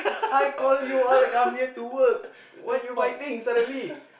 I call you all come here to work why you fighting suddenly